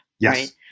Yes